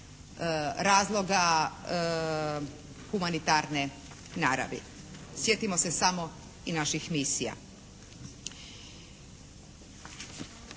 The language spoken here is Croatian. razloga humanitarne naravi. Sjetimo se samo i naših misija.